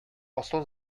асыл